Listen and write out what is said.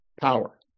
power